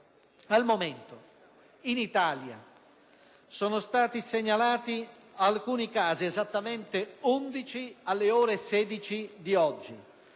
Al momento in Italia sono stati segnalati alcuni casi (esattamente 11 alle ore l6 di oggi)